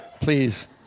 please